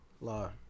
Law